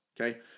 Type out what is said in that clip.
okay